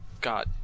God